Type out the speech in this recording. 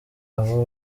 abo